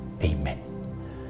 Amen